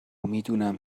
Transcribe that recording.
میدونم